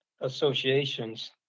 associations